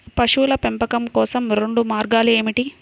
పశువుల పెంపకం కోసం రెండు మార్గాలు ఏమిటీ?